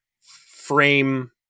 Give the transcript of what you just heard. frame